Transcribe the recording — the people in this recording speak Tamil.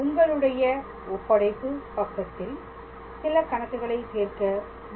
உங்களுடைய ஒப்படைப்பு பக்கத்தில் சில கணக்குகளை சேர்க்க முயற்சி செய்கிறேன்